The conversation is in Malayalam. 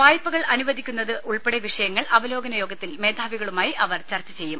വായ്പകൾ അനു വദിക്കുന്നത് ഉൾപ്പെടെ വിഷയങ്ങൾ അവലോകനയോഗത്തിൽ മേധാവി കളുമായി അവർ ചർച്ചചെയ്യും